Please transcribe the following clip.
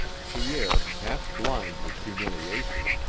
pierre, half-blind with humiliation,